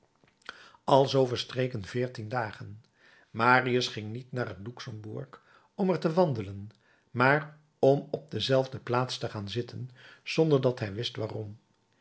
alzoo verstreken veertien dagen marius ging niet naar het luxemburg om er te wandelen maar om op dezelfde plaats te gaan zitten zonder dat hij wist waarom